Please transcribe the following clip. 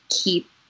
keep